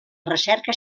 recerca